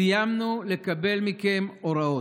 סיימנו לקבל מכם הוראות.